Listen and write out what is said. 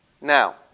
Now